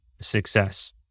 success